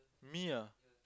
me ah